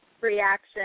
reaction